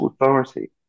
authority